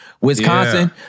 Wisconsin